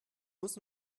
muss